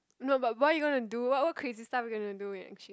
no but why you gonna do what what crazy stuffs you gonna do in exchange